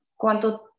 cuánto